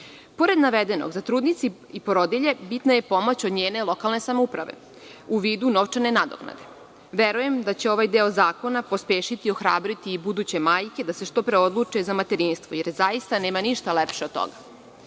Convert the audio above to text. navedenog za trudnice i porodilje bitna je pomoć od njene lokalne samouprave u vidu novčane nadoknade. Verujem da će ovaj deo zakona pospešiti i ohrabriti buduće majke da se što pre odluče za materinstvo, jer zaista nema ništa lepše od toga. Pred